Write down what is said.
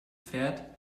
fährt